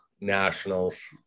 nationals